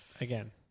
again